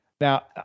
Now